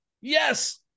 Yes